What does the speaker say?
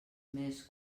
més